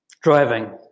Driving